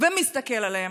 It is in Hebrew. ומסתכל עליהם,